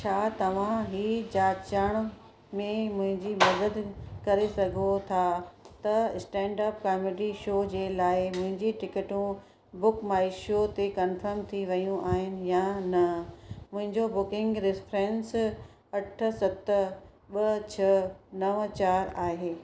छा तव्हां हीअ जाचणु में मुंहिंजी मददु करे सघो था त स्टैंडअप कामेडी शो जे लाइ मुंहिंजी टिकटूं बुक माय शो ते कन्फर्म थी वियूं आहिनि या न मुंहिंजो बुकिंग रिफ़िरेंस अठ सत ॿ छह नवं चारि आहे